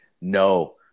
no